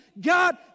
God